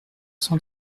cent